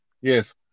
yes